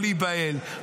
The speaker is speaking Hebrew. לא להיבהל,